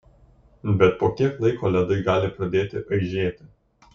bet po kiek laiko ledai gali pradėti aižėti